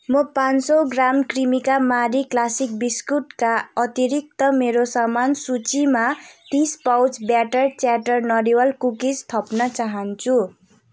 म पाचँ सौ ग्राम क्रिमिका मारी क्लासिक बिस्कुटका अतिरिक्त मेरो सामान सूचीमा तिस पाउच ब्याटर च्याटर नरिवल कुकिज थप्न चाहन्छु